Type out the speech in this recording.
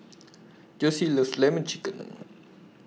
Jossie loves Lemon Chicken